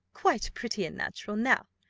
quite pretty and natural! now,